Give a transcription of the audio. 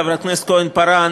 חברת הכנסת כהן-פארן,